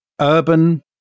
urban